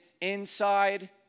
inside